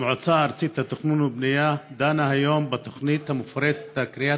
המועצה הארצית לתכנון ובנייה דנה היום בתוכנית המפורטת לכריית